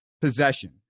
possession